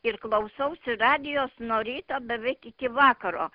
ir klausausi radijos nuo ryto beveik iki vakaro